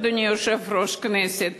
אדוני יושב-ראש הכנסת,